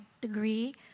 degree